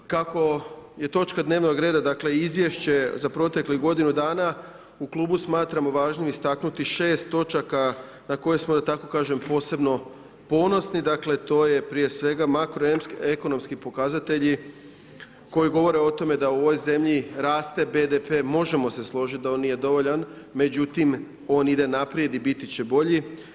Kako je točka dnevnog reda dakle Izvješće za proteklih godinu dana u klubu smatramo važnim istaknuti 6 točaka na koje smo da tako kažem posebno ponosni, dakle to je prije svega makroekonomski pokazatelji koji govore o tome da u ovoj zemlji raste BDP, možemo se složiti da on nije dovoljan, međutim on ide naprijed i biti će bolji.